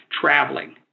traveling